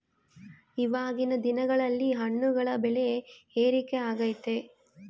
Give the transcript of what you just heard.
ಇವಾಗಿನ್ ದಿನಗಳಲ್ಲಿ ಹಣ್ಣುಗಳ ಬೆಳೆ ಏರಿಕೆ ಆಗೈತೆ